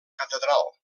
catedral